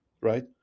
right